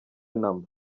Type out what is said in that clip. namba